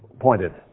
pointed